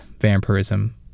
vampirism